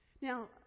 now